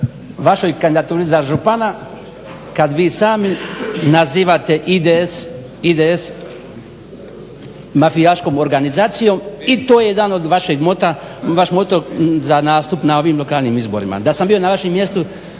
vašoj kandidaturi za župana kad vi sami nazivate IDS mafijaškom organizacijom i to je jedan od vašeg mota, vaš moto za nastupna ovim lokalnim izborima. Da sam bio na vašem mjestu,